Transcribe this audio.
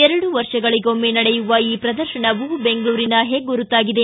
ಎರಡು ವರ್ಷಗಳಿಗೊಮ್ಮೆ ನಡೆಯುವ ಈ ಪ್ರದರ್ಶನವು ಬೆಂಗಳೂರಿನ ಹೆಗ್ಗುರುತಾಗಿದೆ